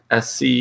SC